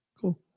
cool